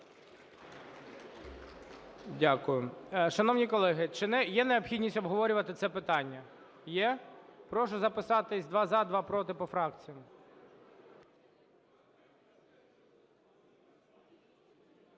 Дякую. Шановні колеги, чи є необхідність обговорювати це питання? Є. Прошу записатися: два – за, два – проти, по фракціях.